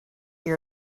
your